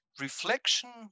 reflection